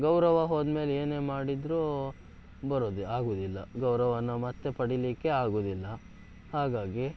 ಗೌರವ ಹೋದ ಮೇಲೆ ಏನೇ ಮಾಡಿದರೂ ಬರೋದು ಆಗುವುದಿಲ್ಲ ಗೌರವವನ್ನ ಮತ್ತೆ ಪಡೀಲಿಕ್ಕೆ ಆಗುವುದಿಲ್ಲ ಹಾಗಾಗಿ